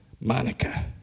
Monica